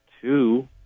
two